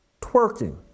twerking